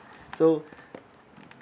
so